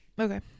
Okay